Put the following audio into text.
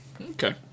Okay